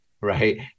right